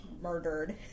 murdered